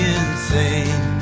insane